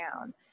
down